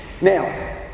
Now